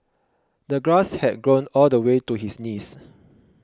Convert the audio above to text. the grass had grown all the way to his knees